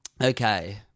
Okay